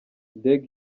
deng